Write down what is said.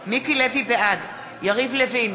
בעד יריב לוין,